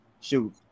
shoot